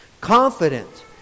confident